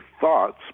thoughts